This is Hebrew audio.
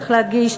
צריך להדגיש,